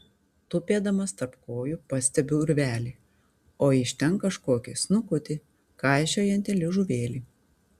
tupėdamas tarp kojų pastebiu urvelį o iš ten kažkokį snukutį kaišiojantį liežuvėlį